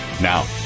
Now